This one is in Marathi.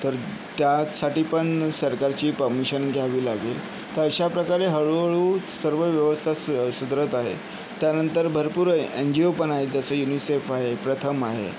तर त्यासाठी पण सरकारची पर्मिशन घ्यावी लागेल तर अशा प्रकारे हळूहळू सर्व व्यवस्था सु सुधरत आहे त्यानंतर भरपूर एन जी ओ पण आहेत जसं युनिसेफ आहे प्रथम आहे